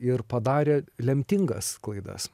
ir padarė lemtingas klaidas